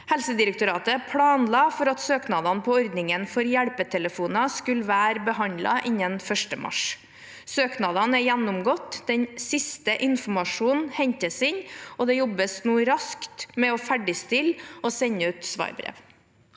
Helsedirektoratet planla for at søknadene på ordningen for hjelpetelefoner skulle være behandlet innen 1. mars. Søknadene er gjennomgått, den siste informasjonen hentes inn, og det jobbes nå raskt med å ferdigstille og sende ut svarbrev.